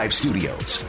studios